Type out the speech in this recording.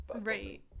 Right